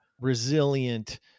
resilient